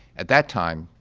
at that time,